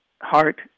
heart